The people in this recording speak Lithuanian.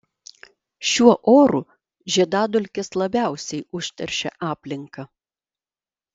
šiuo oru žiedadulkės labiausiai užteršia aplinką